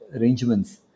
arrangements